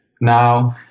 now